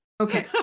Okay